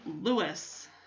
Lewis